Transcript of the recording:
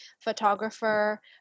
photographer